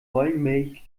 wollmilchsau